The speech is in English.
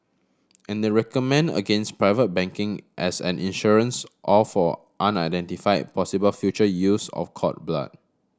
and they recommend against private banking as an insurance or for unidentified possible future use of cord blood